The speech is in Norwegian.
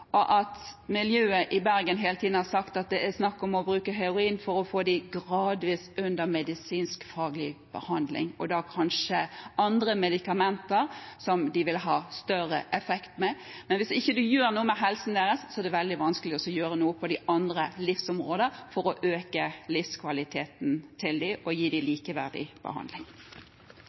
miljøet i Bergen har hele tiden sagt at det er snakk om å bruke heroin – og kanskje andre medikamenter som de vil ha større effekt av – for å få dem gradvis under medisinsk-faglig behandling. Men hvis en ikke gjør noe med helsen deres, er det veldig vanskelig å gjøre noe på de andre livsområdene for å øke livskvaliteten deres og gi dem likeverdig behandling. Flere har ikke bedt om ordet til sakene nr. 3 og